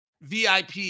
VIP